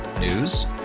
News